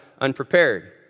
unprepared